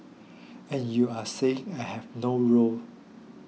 and you are saying I have no role